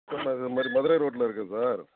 sir நான் இங் மது மதுரை ரோட்டில் இருக்கேன் சார்